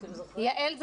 יעל,